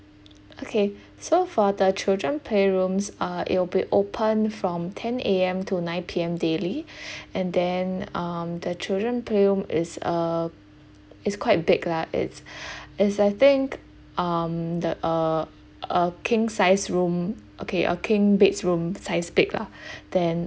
okay so for the children playrooms uh it'll be open from ten A_M to nine P_M daily and then um the children playroom is uh is quite big lah it's it's I think um the uh a king size room okay a king bedroom's size bed lah then